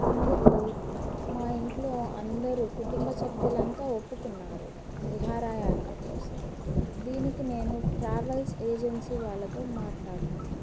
ఇందుకు మా ఇంట్లో అందరూ కుటుంబ సభ్యులంతా ఒప్పుకున్నారు విహారయాత్ర కోసం దీనికి నేను ట్రావెల్స్ ఏజెన్సీ వాళ్ళతో మాట్లాడుకున్నాను